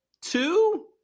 two